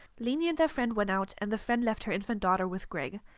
lainey and their friend went out and the friend left her infant daughter with greg.